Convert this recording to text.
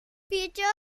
feature